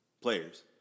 players